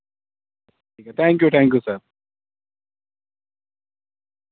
ٹھیک ہے thank you thank you sir